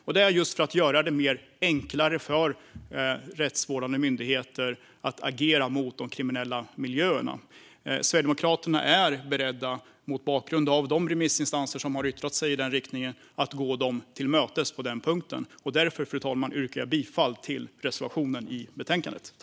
Skälet är att man vill göra det enklare för rättsvårdande myndigheter att agera mot de kriminella miljöerna. Sverigedemokraterna är mot bakgrund av detta beredda att gå de remissinstanser som har yttrat sig i denna riktning till mötes på den här punkten. Därför, fru talman, yrkar jag bifall till reservationen i betänkandet.